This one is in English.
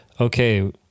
Okay